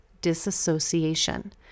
disassociation